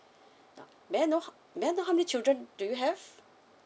now may I know may I know how many children do you have